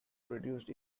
produced